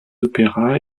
opéras